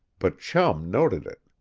but chum noted it.